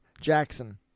Jackson